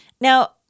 Now